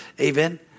Amen